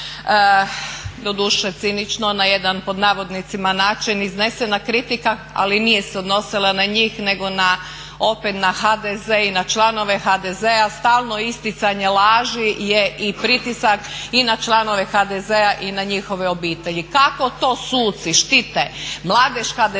doduše cinično na jedan pod navodnicima "način" iznesena kritika ali nije se odnosila na njih nego opet na HDZ i na članove HDZ-a. Stalno isticanje laži je i pritisak i na članove HDZ-a i na njihove obitelji. Kako to suci štite mladež HDZ-a